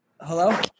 Hello